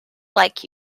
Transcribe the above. like